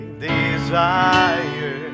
desire